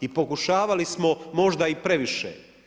I pokušavali smo možda i previše.